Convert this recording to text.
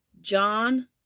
John